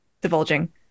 divulging